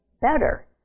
better